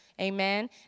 Amen